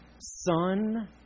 son